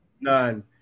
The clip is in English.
none